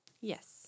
Yes